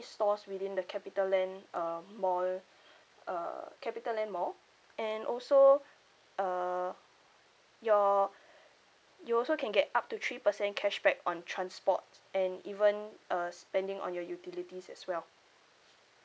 stores within the capitaland uh mall uh capitaland more and also uh your you also can get up to three percent cashback on transport and even uh spending on your utilities as well